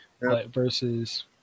versus